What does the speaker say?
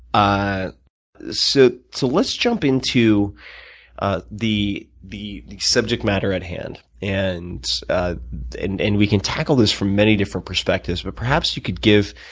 ah so let's jump into ah the the subject matter at hand. and ah and and we can tackle this from many different perspectives, but perhaps you could give